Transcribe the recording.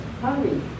Honey